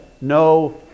No